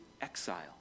exile